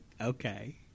Okay